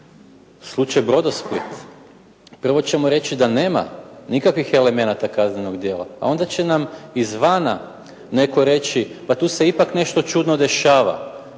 Slučaj "Brodosplit"? Prvo ćemo reći da nema nikakvih elemenata kaznenog djela, a onda će nam izvana netko reći pa tu se ipak nešto čudno dešava.